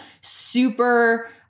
super